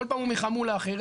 כל פעם הוא מחמולה אחרת,